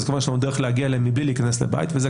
אז כמובן שיש לנו דרך להגיע אליהן בלי להיכנס לבית,